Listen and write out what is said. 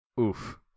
Oof